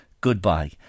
Goodbye